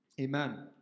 Amen